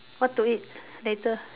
what to eat later